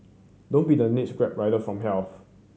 don't be the next Grab rider from hells